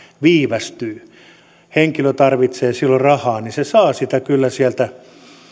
viivästyy ja henkilö tarvitsee silloin rahaa niin hän saa sitä kyllä sieltä